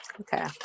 okay